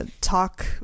talk